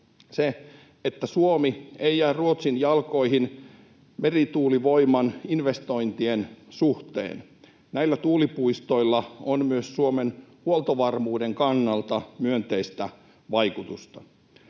se, että Suomi ei jää Ruotsin jalkoihin merituulivoiman investointien suhteen. Näillä tuulipuistoilla on myös Suomen huoltovarmuuden kannalta myönteistä vaikutusta.